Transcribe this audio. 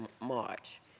march